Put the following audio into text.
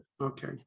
Okay